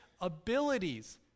abilities